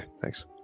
thanks